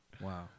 Wow